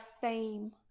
fame